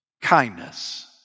kindness